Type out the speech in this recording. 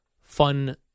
fun